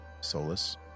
Solus